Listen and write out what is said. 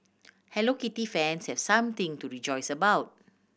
Hello Kitty fans have something to rejoice about